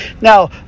now